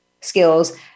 skills